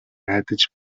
найдаж